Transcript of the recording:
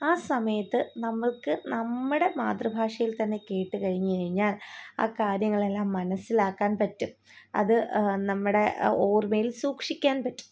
ആ സമയത്ത് നമ്മൾക്ക് നമ്മുടെ മാതൃഭാഷയിൽ തന്നെ കേട്ടുകഴിഞ്ഞഴിഞ്ഞാൽ ആ കാര്യങ്ങളെല്ലാം മനസ്സിലാക്കാൻ പറ്റും അത് നമ്മുടെ ഓർമ്മയിൽ സൂക്ഷിക്കാൻ പറ്റും